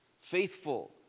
faithful